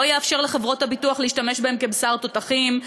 לא יאפשר לחברות הביטוח להשתמש בהם כבשר תותחים.